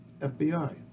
FBI